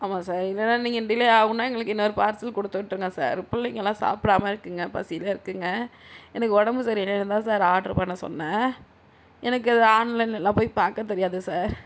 ஆமாம் சார் இல்லைனா நீங்கள் டிலே ஆகும்னால் எங்களுக்கு இன்னொரு பார்சல் கொடுத்து விட்ருங்க சார் பிள்ளைங்க எல்லாம் சாப்பிடாம இருக்குங்க பசியில் இருக்குங்க எனக்கு உடம்பு சரி இல்லைனு தான் சார் ஆடரு பண்ண சொன்னேன் எனக்கு அது ஆன்லைனில் எல்லாம் போய் பார்க்க தெரியாது சார்